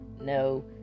no